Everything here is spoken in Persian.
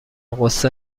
غصه